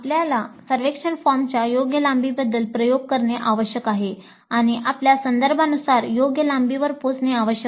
आपल्याला सर्वेक्षण फॉर्मच्या योग्य लांबीबद्दल प्रयोग करणे आवश्यक आहे आणि आपल्या संदर्भानुसार योग्य लांबीवर पोहोचणे आवश्यक आहे